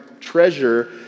treasure